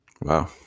wow